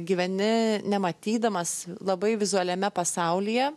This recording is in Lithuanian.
gyveni nematydamas labai vizualiame pasaulyje